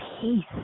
peace